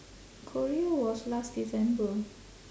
korea was last december